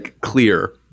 clear